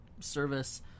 service